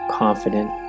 confident